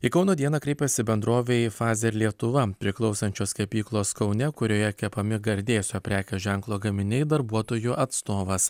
į kauno dieną kreipėsi bendrovei fazer lietuva priklausančios kepyklos kaune kurioje kepami gardėsio prekės ženklo gaminiai darbuotojų atstovas